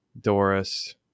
Doris